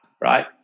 right